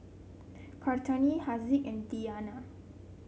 Kartini Haziq and Diyana